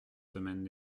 semaines